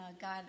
God